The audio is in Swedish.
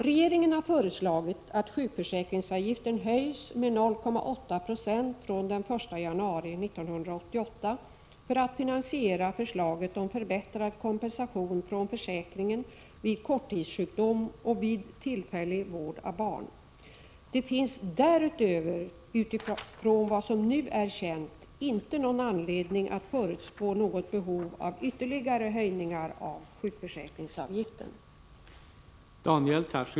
Regeringen har föreslagit att sjukförsäkringsavgiften höjs med 0,8 9e fr.o.m. den 1 januari 1988 för att finansiera förslaget om förbättrad kompensation från försäkringen vid korttidssjukdom och vid tillfällig vård av barn. Det finns därutöver, utifrån vad som nu är känt, inte någon anledning att förutspå något behov av ytterligare höjningar av sjukförsäkringsavgiften.